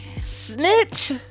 Snitch